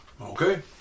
Okay